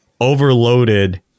overloaded